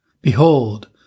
Behold